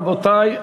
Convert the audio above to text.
רבותי,